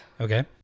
Okay